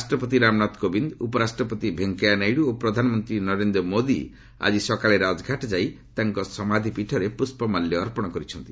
ରାଷ୍ଟପତି ରାମନାଥ କୋବିନ୍ଦ ଉପରାଷ୍ଟ୍ରପତି ଭେଙ୍କେୟା ନାଇଡୁ ଓ ପ୍ରଧାନମନ୍ତ୍ରୀ ନରେନ୍ଦ୍ର ମୋଦି ଆଜି ସକାଳେ ରାଜଘାଟ ଯାଇ ତାଙ୍କ ସମାଧୀପୀଠରେ ପୁଷ୍ପମାଲ୍ୟ ଅର୍ପଣ କରିଛନ୍ତି